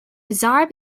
bizarre